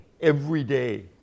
everyday